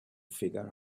figure